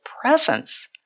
presence